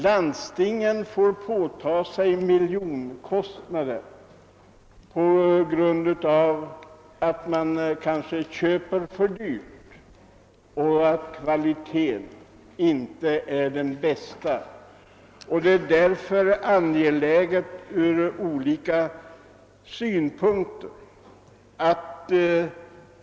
Landstingen får ta på sig miljonkostnader på grund av att man köper för dyrt och på grund av att kvaliteten inte är den bästa.